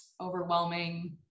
Overwhelming